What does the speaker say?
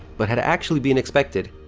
but had actually been expected.